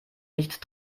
nicht